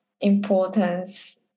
importance